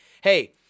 Hey